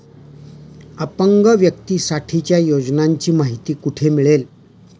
अपंग व्यक्तीसाठीच्या योजनांची माहिती कुठे मिळेल?